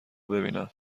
ببینم